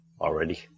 already